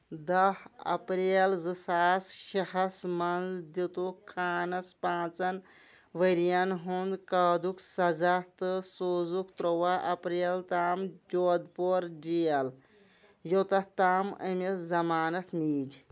دہ اپریل زٕ ساس شیٚے ہَس منٛز دِتٗكھ خانَس پانٛژن ؤریَن ہِنٛدِ قٲدُک سزا تہٕ سوٗزُکھ ترُٛواہ اپریل تام جودھ پوٗر جیل یوٚتتھ تام أمِس ضمانت میٖج